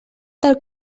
del